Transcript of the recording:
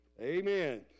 Amen